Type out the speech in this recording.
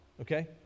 okay